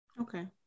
okay